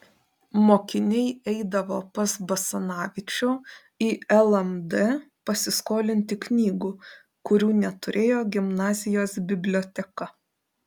mokiniai eidavo pas basanavičių į lmd pasiskolinti knygų kurių neturėjo gimnazijos biblioteka